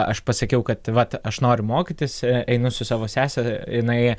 aš pasakiau kad vat aš noriu mokytis einu su savo sese jinai